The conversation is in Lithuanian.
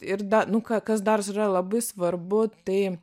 ir da nu ką kas dar yra labai svarbu tai